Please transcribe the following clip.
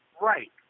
Right